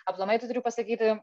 aplamai tai turiu pasakyti